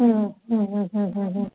ഉം ഉം ഉം ഉം ഉം